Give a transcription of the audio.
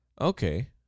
Okay